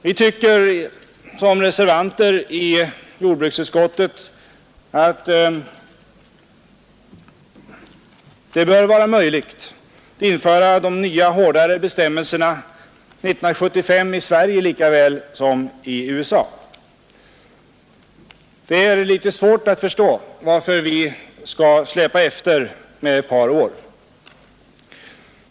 Vi anser att det bör vara möjligt att införa de nya hårdare bestämmelserna i Sverige lika väl som i USA år 1975.Vi har litet svårt att förstå varför vi behöver släpa efter ett par år.